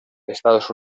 estados